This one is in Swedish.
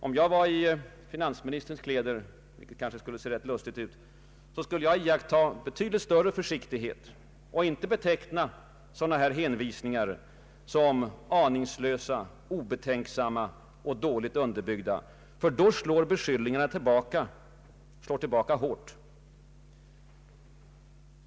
Om jag vore i finansministern kläder — det skulle kanske se rätt lustigt ut — skulle jag iaktta betydligt större försiktighet och inte beteckna dylika hänvisningar som aningslösa, obetänksamma och dåligt underbyggda, ty sådana beskyllningar slår tillbaka hårt.